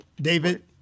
David